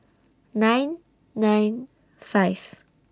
nine nine five